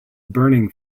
burning